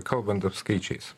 kalbant skaičiais